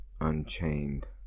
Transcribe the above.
unchained